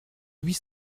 huit